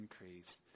increase